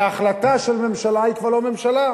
וההחלטה של ממשלה היא כבר לא החלטה.